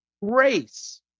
race